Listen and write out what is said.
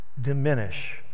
diminish